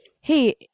Hey